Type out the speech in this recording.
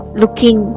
looking